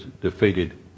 defeated